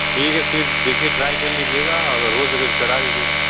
ठीक है फिर देखिये ट्राई कर लीजिएगा अगर हो सके तो करा दीजियेगा